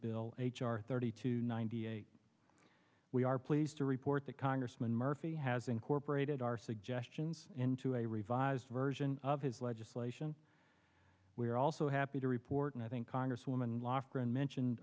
bill h r thirty two ninety eight we are pleased to report that congressman murphy has incorporated our suggestions into a revised version of his legislation we are also happy to report and i think congresswoman lofgren mentioned